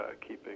keeping